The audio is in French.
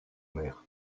mer